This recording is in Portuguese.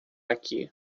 aqui